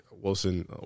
Wilson